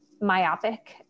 myopic